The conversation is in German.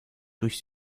durch